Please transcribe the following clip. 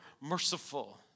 merciful